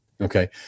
Okay